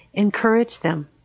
encourage them.